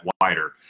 wider